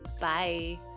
Bye